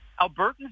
Albertans